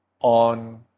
on